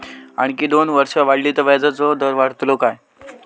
आणखी दोन वर्षा वाढली तर व्याजाचो दर वाढतलो काय?